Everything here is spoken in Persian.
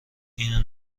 اینو